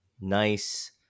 nice